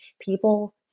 people